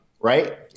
Right